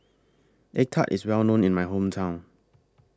Egg Tart IS Well known in My Hometown